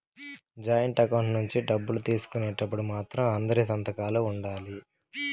joint account నుంచి డబ్బులు తీసుకునేటప్పుడు మాత్రం అందరి సంతకాలు ఉండాలి